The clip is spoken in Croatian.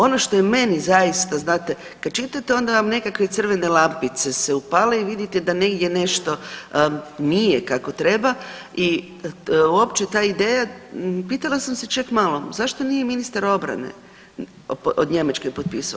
Ono što je meni zaista znate kada čitate onda vam nekakve crvene lampice se upale i vidite da negdje nešto nije kako treba i uopće ta ideja, pitala sam se, ček malo zašto nije ministar obrane Njemačke potpisao.